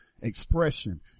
Expression